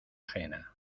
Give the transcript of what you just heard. ajena